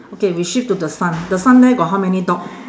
okay we shift to the sun the sun there got how many dog